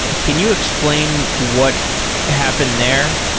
can you explain what happened there?